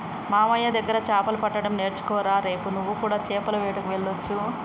మామయ్య దగ్గర చాపలు పట్టడం నేర్చుకోరా రేపు నువ్వు కూడా చాపల వేటకు వెళ్లొచ్చు